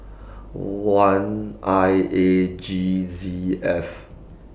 one I A G Z F